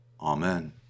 Amen